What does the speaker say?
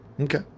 okay